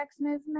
Movement